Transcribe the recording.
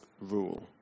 rule